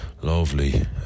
lovely